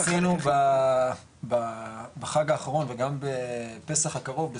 התחילו בחג האחרון וגם בפסח הקרוב,